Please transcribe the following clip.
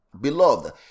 beloved